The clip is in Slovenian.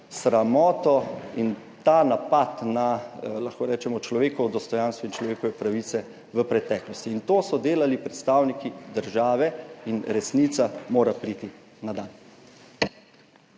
sramoto in ta napad na, lahko rečemo, človekovo dostojanstvo in človekove pravice v preteklosti. In to so delali predstavniki države in resnica mora priti na dan.